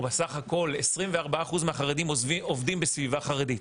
או בסך הכול 24% מהחרדים עובדים בסביבה חרדית,